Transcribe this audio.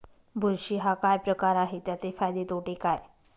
बुरशी हा काय प्रकार आहे, त्याचे फायदे तोटे काय?